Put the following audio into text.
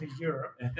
Europe